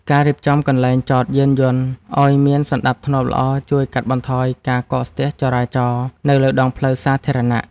ការរៀបចំកន្លែងចតយានយន្តឱ្យមានសណ្ដាប់ធ្នាប់ល្អជួយកាត់បន្ថយការកកស្ទះចរាចរណ៍នៅលើដងផ្លូវសាធារណៈ។